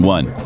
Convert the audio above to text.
One